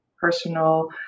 personal